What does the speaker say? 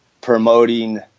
promoting